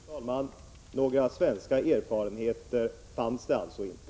Fru talman! Några svenska erfarenheter fanns det alltså inte.